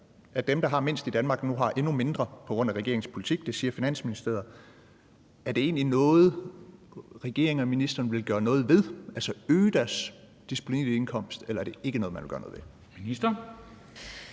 at dem, der har mindst i Danmark, nu har endnu mindre på grund af regeringens politik. Det siger Finansministeriet. Er det egentlig noget, regeringen og ministeren vil gøre noget ved, altså vil man øge deres disponible indkomst? Eller er det ikke noget, man vil gøre noget ved? Kl.